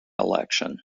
election